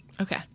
Okay